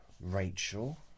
Rachel